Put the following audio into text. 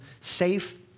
safe